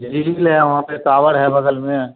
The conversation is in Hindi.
झील है वहाँ पे सावर है बगल में